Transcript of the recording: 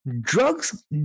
drugs